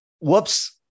whoops